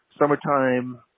summertime